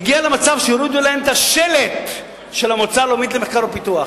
הגיעו למצב שהורידו להם את השלט של המועצה הלאומית למחקר ולפיתוח.